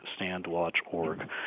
StandWatchOrg